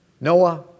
Noah